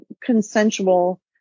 consensual